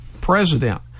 President